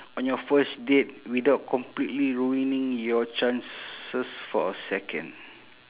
on your first date without completely ruining your chances for a second